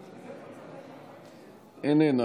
איננה.